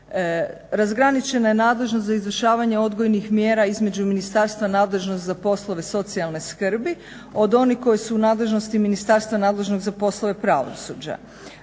Razgraničena je nadležnost za izvršavanje odgojnih mjera između ministarstva nadležnog za poslove socijalne skrbi od onih koji su u nadležnosti Ministarstva nadležnog za poslove pravosuđa.